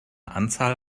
anzahl